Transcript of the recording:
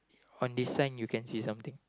on the sign you can see something